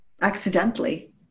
accidentally